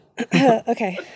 Okay